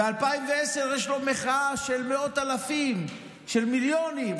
ב-2010 יש לו מחאה של מאות אלפים, של מיליונים.